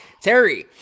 Terry